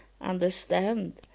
understand